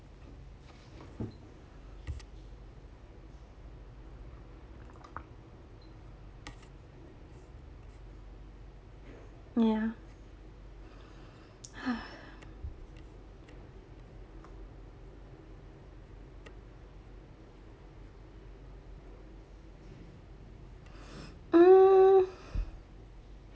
ya mm